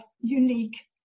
unique